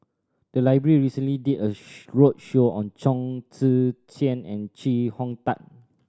the library recently did a roadshow on Chong Tze Chien and Chee Hong Tat